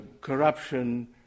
corruption